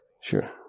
Sure